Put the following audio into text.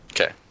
Okay